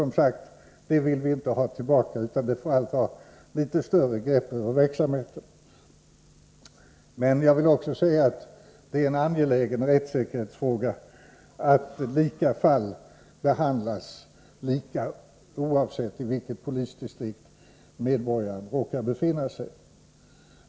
Det vill vi som sagt inte ha tillbaka, utan det får allt vara litet större grepp över verksamheten. Men jag vill också säga att det är'en angelägen rättssäkerhetsfråga att lika fallibehandlas lika, oavsett i vilket polisdistrikt medborgaren råkar befinna sig.